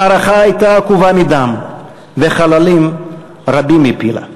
המערכה הייתה עקובה מדם, וחללים רבים הפילה.